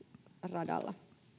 radalla